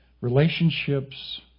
Relationships